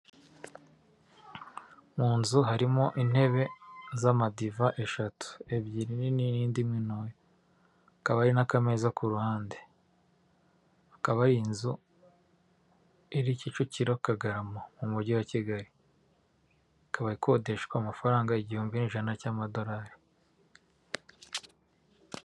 Mu nzu harimo intebe z'amadiva eshatu: ebyiri nini, n'indi imwe ntoya, hakaba hari n'akameza ku ruhande, akaba ari inzu iri Kicukiro Kagarama mu mujyi wa Kigali, ikaba ikodeshwa amafaranga igihumbi n' ijana cy'amadolari.